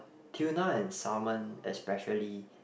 tuna and salmon especially